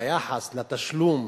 ביחס לתשלום